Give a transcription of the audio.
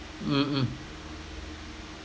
mm mm